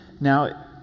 Now